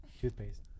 Toothpaste